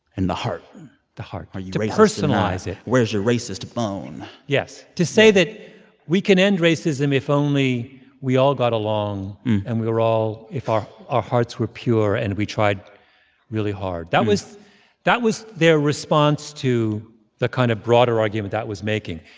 and the heart the heart are you racist. to personalize it where's your racist bone? yes to say that we can end racism if only we all got along and we were all if our our hearts were pure, and we tried really hard. that was that was their response to the kind of broader argument that was making.